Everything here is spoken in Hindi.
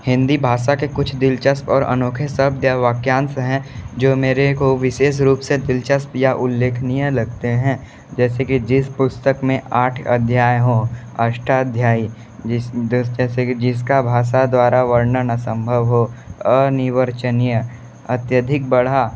हिंदी भाषा के कुछ दिलचस्प और अनोखे शब्द या वाक्यांश हैं जो मेरे को विशेष रूप से दिलचस्प या उल्लेखनीय लगते हैं जैसे कि जिस पुस्तक में आठ अध्याय हो अष्टाध्याई जिस जैसे कि जिसका भाषा द्वारा वर्णन असम्भव हो अनिवार्चनिय अत्याधिक बड़ा